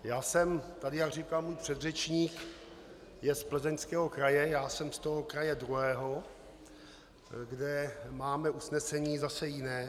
Já jsem, jak říkal můj předřečník, je z Plzeňského kraje, já jsem z toho kraje druhého, kde máme usnesení zase jiné.